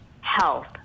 health